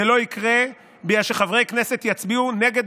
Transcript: זה לא יקרה בגלל שחברי כנסת יצביעו נגד